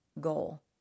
goal